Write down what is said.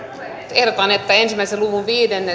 ehdotan että yhden luvun viidennestä